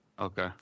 Okay